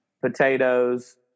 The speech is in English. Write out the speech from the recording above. potatoes